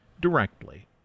directly